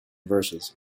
verses